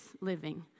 living